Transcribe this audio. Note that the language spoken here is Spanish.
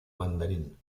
mandarín